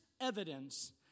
evidence